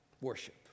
Worship